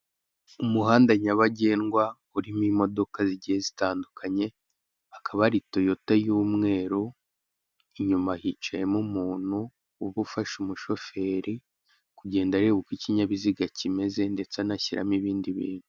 Umuhanda nyabagendwa urimo imodoka zigiye zitandukanye, hakaba hari toyota y'umweru inyuma hicayemo umuntu uba ufasha umushoferi, kugenda areba uko ikinyabiziga kimeze ndetse anashyiramo ibindi bintu.